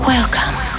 Welcome